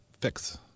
fix